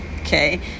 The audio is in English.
Okay